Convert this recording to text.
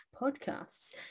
podcasts